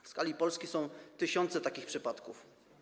W skali Polski są tysiące takich przypadków.